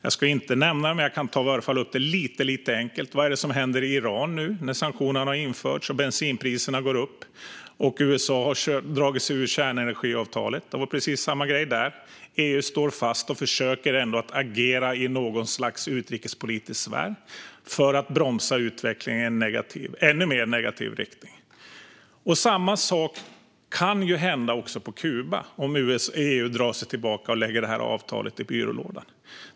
Jag ska inte nämna det, men jag kan i varje fall ta upp lite enkelt vad som händer i Iran nu när sanktioner har införts och bensinpriserna går upp. USA har dragit sig ur kärnenergiavtalet. Det var precis samma grej där. EU står fast och försöker att agera i något slags utrikespolitisk sfär för att bromsa en utveckling i ännu mer negativ riktning. Samma sak kan hända också på Kuba om EU drar sig tillbaka och lägger avtalet i byrålådan.